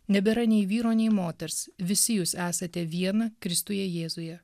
nebėra nei vyro nei moters visi jūs esate viena kristuje jėzuje